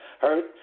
hurt